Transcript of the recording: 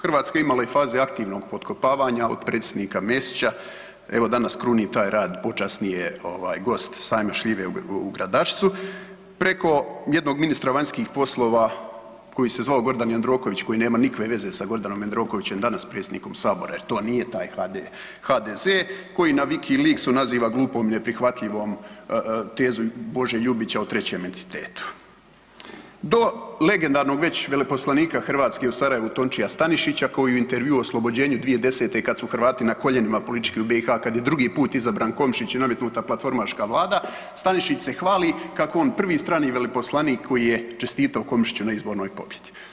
Hrvatska je imala i faze aktivnog potkopavanja od predsjednika Mesića, evo danas kruni taj rad, počasni je ovaj gost sajma šljive u Gradačcu, preko jednog ministra vanjskih poslova koji se zvao Gordan Jandroković koji nema nikakve veze sa Gordanom Jandrokovićem danas predsjednikom sabora jer to nije taj HDZ koji naviki lik sunaziva glupom i neprihvatljivom tezu Bože Ljubića o trećem entitetu, do legendarnog već veleposlanika Hrvatske u Sarajevu Tončija Stanišića koji je u intervjuu o oslobođenju 2010. kad su Hrvati na koljenima politički u BiH kad je drugi put izabran Komšić i nametnuta platformatška vlada Stanišić se hvali kako je on prvi strani veleposlanik koji je čestitao Komšiću na izbornoj pobjedi.